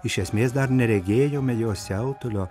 iš esmės dar neregėjome jos siautulio